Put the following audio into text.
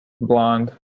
Blonde